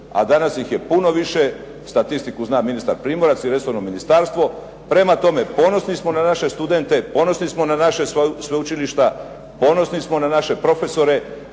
a danas ih je puno više. Statistiku zna ministar Primorac i resorno ministarstvo. Prema tome, ponosni smo na naše studente, ponosni smo naša sveučilišta, ponosni smo na naše profesore,